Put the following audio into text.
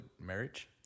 marriage